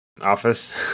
Office